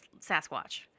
Sasquatch